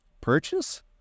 purchase